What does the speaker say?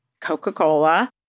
Coca-Cola